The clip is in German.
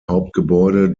hauptgebäude